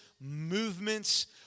movements